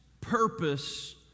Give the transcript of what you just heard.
purpose